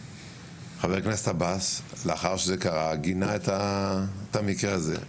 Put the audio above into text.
חבר הכנסת אבאס, לאחר שזה קרה, גינה את המקרה הזה.